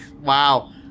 Wow